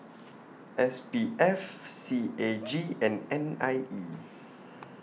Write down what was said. S P F C A G and N I E